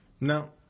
no